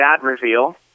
reveal